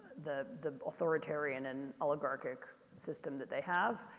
the the authoritarian and oligarchic system that they have.